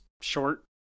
short